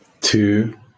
two